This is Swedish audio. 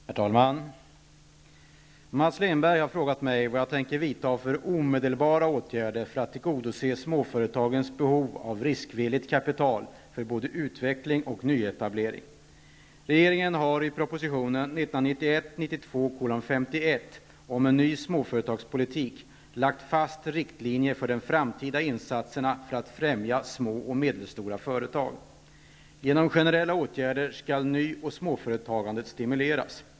Herr talman! Mats Lindberg har frågat mig vad jag tänker vidta för omedelbara åtgärder för att tillgodose småföretagens behov av riskvilligt kapital för både utveckling och nyetablering. Regeringen har i propositionen om en ny småföretagspolitik lagt fast riktlinjer för de framtida insatserna för att främja små och medelstora företag. Genom generella åtgärder skall ny och småföretagandet stimuleras.